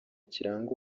kiranga